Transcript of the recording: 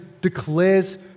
declares